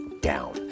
down